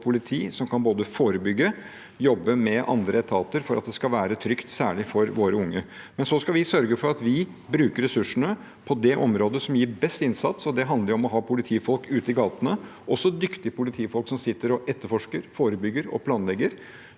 politi som kan forebygge og jobbe med andre etater for at det skal være trygt, særlig for våre unge. Så skal vi sørge for at vi bruker ressursene på det området som gir best innsats, og det handler om å ha politifolk ute i gatene og også dyktige politifolk som sitter og etterforsker, forebygger og planlegger.